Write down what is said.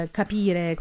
capire